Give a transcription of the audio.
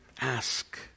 Ask